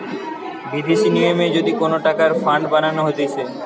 বিদেশি নিয়মে যদি কোন টাকার ফান্ড বানানো হতিছে